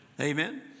Amen